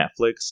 Netflix